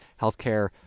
healthcare